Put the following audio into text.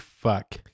fuck